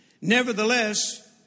Nevertheless